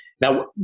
Now